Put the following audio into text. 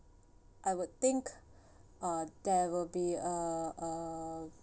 I would think uh there will be uh uh